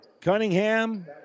Cunningham